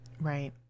Right